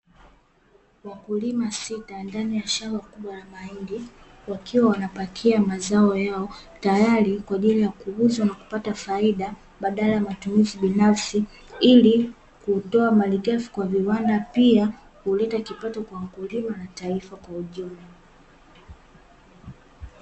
Wakulima sita ndani ya shamba kubwa la mahindi wakiwa wanapakia mazao yao, tayari kwa ajili ya kuuza na kupata faidia badala ya matumizi binafsi, ili kutoa malighafi kwa viwanda pia kuleta kipato kwa mkulima na taifa kwa ujumla.